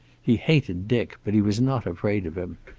he hated dick, but he was not afraid of him.